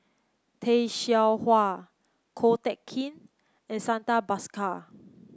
Tay Seow Huah Ko Teck Kin and Santha Bhaskar